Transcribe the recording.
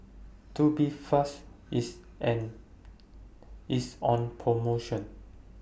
Tubifast IS An IS on promotion